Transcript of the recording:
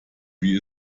wie